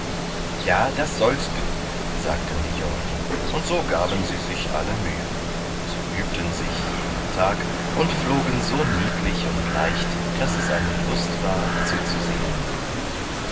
ja das sollst du sagten die jungen und so gaben sie sich alle mühe sie übten sich jeden tag und flogen so niedlich und leicht daß es eine lust war zuzusehen